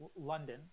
London